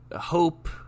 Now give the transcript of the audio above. hope